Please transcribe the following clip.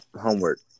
homework